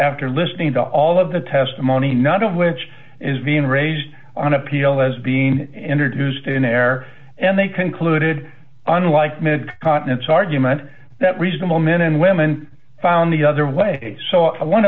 after listening to all of the testimony none of which is being raised on appeal as being introduced in there and they concluded unlike mid continent argument that reasonable men and women found the other way so one